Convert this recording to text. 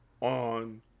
on